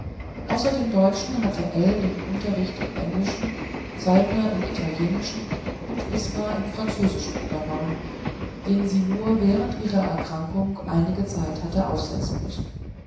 außer dem deutschen hatte ell den unterricht im englischen saltner im italienischen und isma im französischen übernommen den sie nur während ihrer erkrankung einige zeit hatte aussetzen müssen